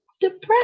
depressed